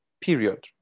Period